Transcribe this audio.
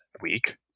week